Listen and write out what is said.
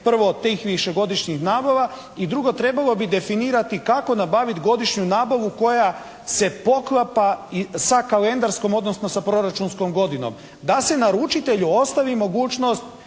prvo tih višegodišnjih nabava. I drugo, trebalo bi definirati kako nabavit godišnju nabavu koja se poklapa sa kalendarskom odnosno sa proračunskom godinom. Da se naručitelju ostavi mogućnost